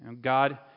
God